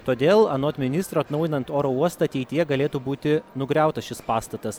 todėl anot ministro atnaujinant oro uostą ateityje galėtų būti nugriautas šis pastatas